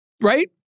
right